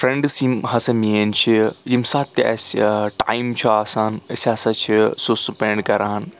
friends یِم ہَسا میٲنۍ چھِ ییٚمہِ ساتہٕ تہِ اَسہِ ٹایِم چھُ آسان أسۍ ہَسا چھِ سُہ سُپینٛڈ کَران